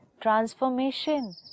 transformation